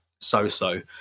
so-so